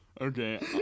Okay